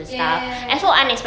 ya ya ya ya ya